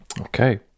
Okay